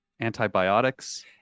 antibiotics